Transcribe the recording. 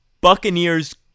Buccaneers